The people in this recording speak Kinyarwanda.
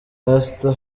pastor